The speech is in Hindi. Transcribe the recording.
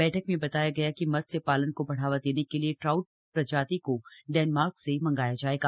बैठक में बताया गया कि मत्स्य पालन को बढ़ावा देने के लिए ट्राउट प्रजाति को डेनमार्क से मंगाया जाएगा